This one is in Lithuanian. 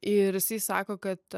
ir jisai sako kad